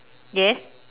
yes